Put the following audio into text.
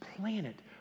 planet